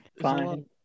fine